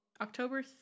October